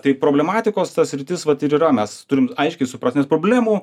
tai problematikos ta sritis vat ir yra mes turim aiškiai suprast nes problemų